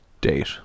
Date